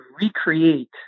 recreate